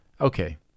okay